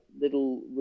little